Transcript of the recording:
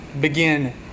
begin